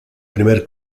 primer